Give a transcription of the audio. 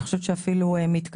לזה, אני חושבת שאפילו מתקדמים.